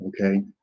okay